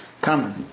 common